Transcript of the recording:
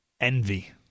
envy